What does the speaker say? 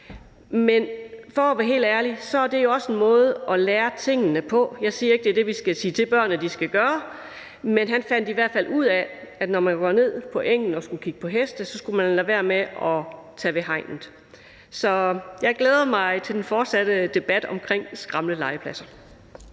Men for at være helt ærlig er det jo også en måde at lære tingene på. Jeg siger ikke, det er det, vi skal sige til børnene de skal gøre, man han fandt i hvert fald ud af, at når man går ned på engen for at kigge på heste, skal man lade være med at tage ved hegnet. Så jeg glæder mig til den fortsatte debat om skrammellegepladser.